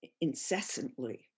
incessantly